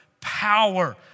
power